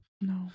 No